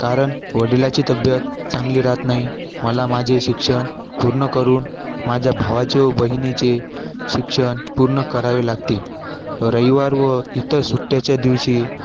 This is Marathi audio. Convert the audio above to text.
कारण वडिलांची तब्येत चांगली राहत नाही मला माझे शिक्षण पूर्ण करून माझ्या भावाचे व बहिणीचे शिक्षण पूर्ण करावे लागते रविवार व इतर सुट्याच्या दिवशी